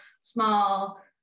small